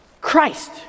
Christ